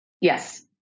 Yes